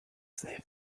they